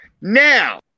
now